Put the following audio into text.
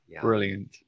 brilliant